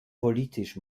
politisch